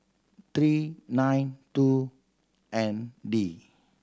three nine two N D